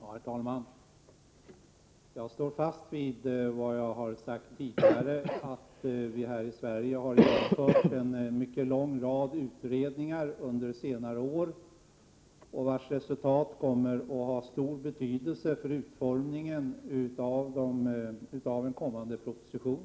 Herr talman! Jag står fast vid vad jag tidigare har sagt. Vi har under senare år här i Sverige genomfört en lång rad utredningar, vilkas resultat kommer att ha stor betydelse för utformningen av en kommande proposition.